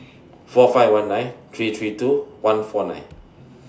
four five one nine three three two one four nine